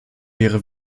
wäre